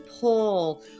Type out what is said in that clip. pull